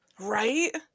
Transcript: right